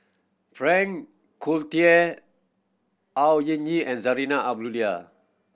Frank Cloutier Au Hing Yee and Zarinah Abdullah